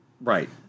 Right